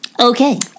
Okay